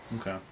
Okay